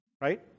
right